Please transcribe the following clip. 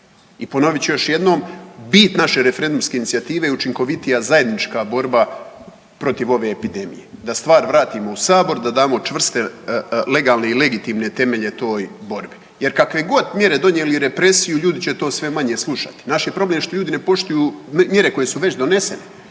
I ponovit ću još jednom, bit naše referendumske inicijative je učinkovitija zajedničke borba protiv ove epidemije, da stvar vratimo u Sabor, da damo čvrste legalne i legitimne temelje toj borbi jer kakvegod mjere donijeli i represiju ljudi će to sve manje slušati. Naš je problem što ljudi ne poštuju mjere koje su već donesene,